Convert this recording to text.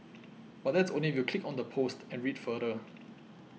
but that's only if you click on the post and read further